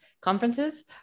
conferences